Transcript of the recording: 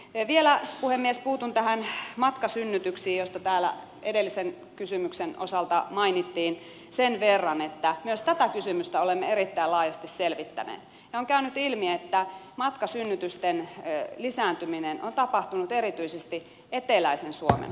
vielä puhemies puutun näihin matkasynnytyksiin joista täällä edellisen kysymyksen osalta mainittiin sen verran että myös tätä kysymystä olemme erittäin laajasti selvittäneet ja on käynyt ilmi että matkasynnytysten lisääntyminen on tapahtunut erityisesti eteläisen suomen alueella